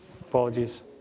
Apologies